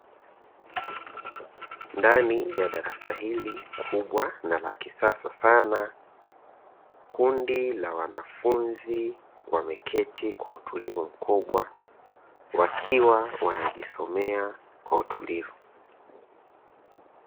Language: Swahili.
Ndani ya darasa hili kubwa na la kisasa sana, kundi la wanafunzi wameketi kwa utulivu mkubwa wakiwa wanajisomea kwa utulivu.